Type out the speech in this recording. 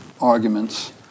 arguments